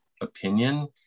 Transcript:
opinion